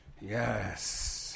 Yes